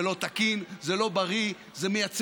זה לא תקין, זה לא בריא, זה מייצר